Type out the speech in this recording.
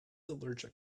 allergic